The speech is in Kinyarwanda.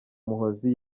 muhoozi